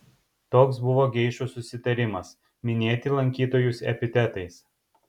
toks buvo geišų susitarimas minėti lankytojus epitetais